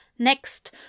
Next